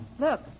look